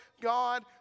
God